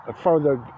further